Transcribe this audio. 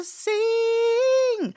sing